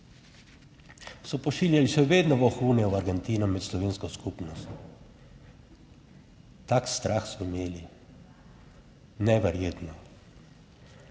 so pošiljali še vedno vohune v Argentino med slovensko skupnost. Tak strah so imeli. Neverjetno.